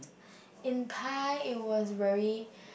in Thai it was very